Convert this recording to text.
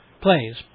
plays